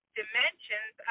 dimensions